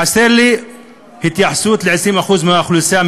חסרה לי התייחסות ל-20% מהאוכלוסייה,